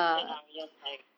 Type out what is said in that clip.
then I'm just like